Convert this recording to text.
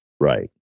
Right